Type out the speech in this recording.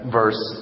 verse